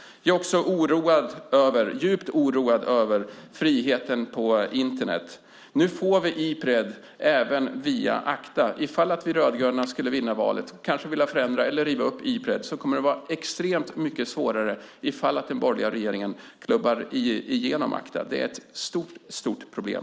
Jag är också djupt oroad över friheten på Internet. Nu får vi Ipred även via ACTA. Ifall vi rödgröna skulle vinna valet och kanske vilja förändra eller riva upp Ipred skulle det vara extremt mycket svårare ifall den borgerliga regeringen klubbar igenom ACTA. Det är ett mycket stort problem.